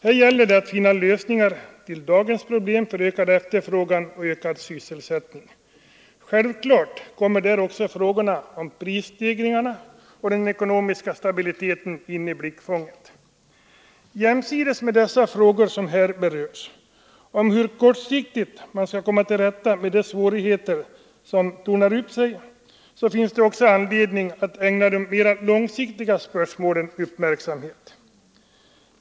Här gäller det att finna lösningar på dagens problem för att öka efterfrågan och sysselsättningen. Självklart kommer här också frågorna om prisstegringarna och den ekonomiska stabiliteten in i blickfånget. Jämsides med de frågor som berörts om hur man kortsiktigt skall komma till rätta med de svårigheter som tornar upp sig finns det anledning att ägna de mer långsiktiga spörsmålen uppmärksamhet.